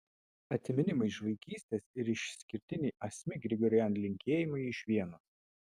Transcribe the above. atsiminimai iš vaikystės ir išskirtiniai asmik grigorian linkėjimai iš vienos